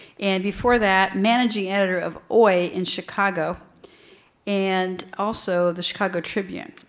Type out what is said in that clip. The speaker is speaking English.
and before that, managing editor of oy! in chicago and also the chicago tribune.